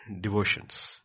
devotions